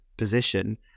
position